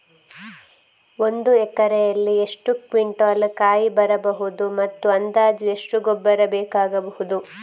ಒಂದು ಎಕರೆಯಲ್ಲಿ ಎಷ್ಟು ಕ್ವಿಂಟಾಲ್ ಕಾಯಿ ಬರಬಹುದು ಮತ್ತು ಅಂದಾಜು ಎಷ್ಟು ಗೊಬ್ಬರ ಬೇಕಾಗಬಹುದು?